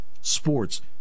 Sports